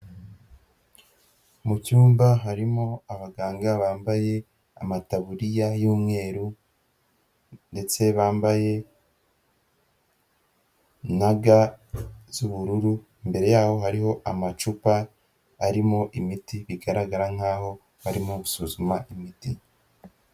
Mu cyumba harimo abaganga bambaye amataburiya y'umweru ndetse bambaye na ga z'ubururu, imbere yaho hariho amacupa arimo imiti, bigaragara nkaho barimo gusuzuma imiti.